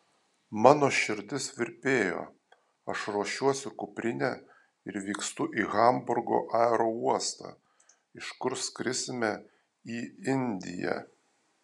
mano širdis virpėjo aš ruošiuosi kuprinę ir vykstu į hamburgo aerouostą iš kur skrisime į indiją